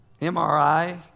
MRI